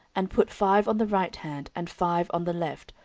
and put five on the right hand, and five on the left,